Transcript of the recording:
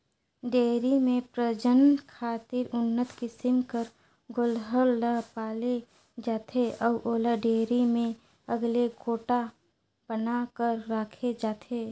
dairy में प्रजनन खातिर उन्नत किसम कर गोल्लर ल पाले जाथे अउ ओला डेयरी में अलगे कोठा बना कर राखे जाथे